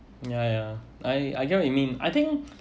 ya ya I I get what you mean I think